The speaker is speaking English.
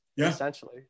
essentially